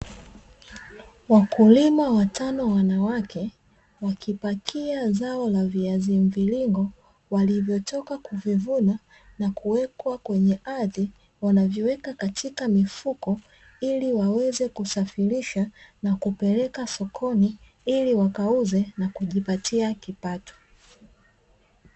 Wakulima watano wanawake wakipakia zao la viazi mviringo walivyotoka kuvivuna na kuwekwa kwenye ardhi, wanaviweka katika mifuko ili waweze kusafirisha na kupeleka sokoni ili wakauze na kujipatia kipato.